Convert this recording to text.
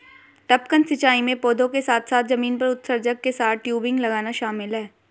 टपकन सिंचाई में पौधों के साथ साथ जमीन पर उत्सर्जक के साथ टयूबिंग लगाना शामिल है